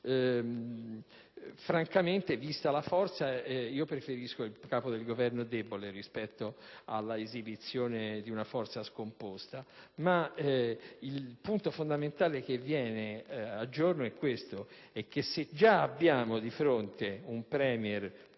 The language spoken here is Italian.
Francamente, vista la forza, preferisco un Capo del Governo debole rispetto all'esibizione di una forza scomposta. Ma il punto fondamentale che viene a giorno è il seguente: se già abbiamo di fronte un *premier* più